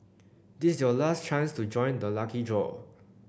this is your last chance to join the lucky draw